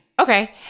Okay